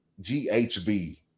GHB